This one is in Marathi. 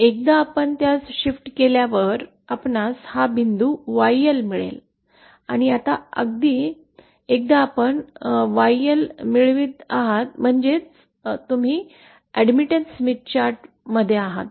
एकदा आपण त्यास शिफ्ट केल्यावर आपणास हा बिंदू YL मिळेल आता अगदी एकदा आपण YL मिळवित आहात म्हणजे तुम्ही अॅडमिटेंस स्मिथ चार्ट मध्ये आहात